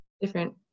different